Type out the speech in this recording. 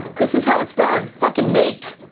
this is how it's done. fucking make.